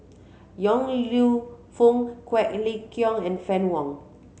Yong Lew Foong Quek Ling Kiong and Fann Wong